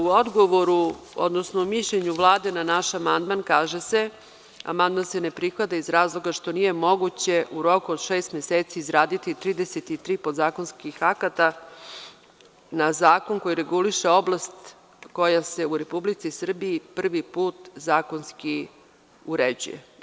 U mišljenju Vlade na naš amandman kaže se: „Amandman se ne prihvata iz razloga što nije moguće u roku od šest meseci izraditi 33 podzakonska akta na zakon koji reguliše oblast koja se u Republici Srbiji prvi put zakonski uređuje“